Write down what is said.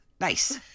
Nice